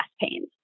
pains